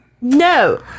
No